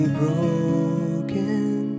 broken